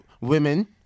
women